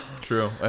true